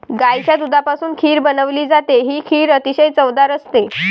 गाईच्या दुधापासून खीर बनवली जाते, ही खीर अतिशय चवदार असते